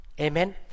Amen